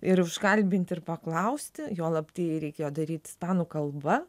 ir užkalbinti ir paklausti juolab tai reikėjo daryti ispanų kalba